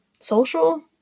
Social